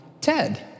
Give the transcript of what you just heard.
Ted